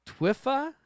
Twifa